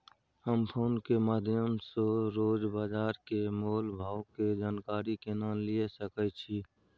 हम फोन के माध्यम सो रोज बाजार के मोल भाव के जानकारी केना लिए सके छी?